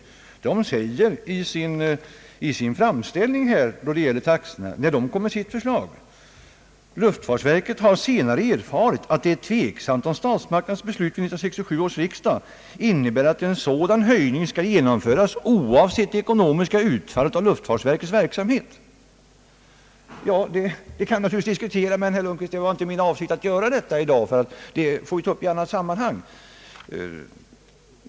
Verket säger nämligen i sin framställning, då det gäller taxorna: »Luftfartsverket har senare erfarit att det är tveksamt om statsmakternas beslut vid 1967 års riksdag innebär, att en sådan höjning skall genomföras oavsett det ekonomiska utfallet av luftfartsverkets verksamhet.» Det kan naturligtvis diskuteras, men det var inte min avsikt att göra det i dag, utan det får vi ta upp i annat sammanhang.